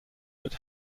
but